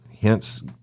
Hence